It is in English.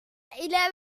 eleven